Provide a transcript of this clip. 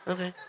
Okay